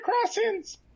crossings